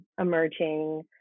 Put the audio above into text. emerging